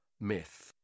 myth